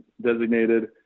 designated